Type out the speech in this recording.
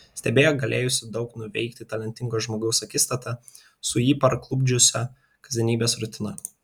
stebėjo galėjusio daug nuveikti talentingo žmogaus akistatą su jį parklupdžiusia kasdienybės rutina